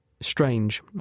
strange